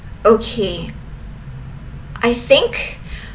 okay I think